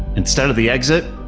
instead of the exit,